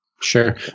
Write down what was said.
Sure